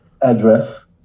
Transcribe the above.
address